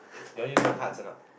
you want to use the cards a not